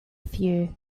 few